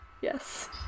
yes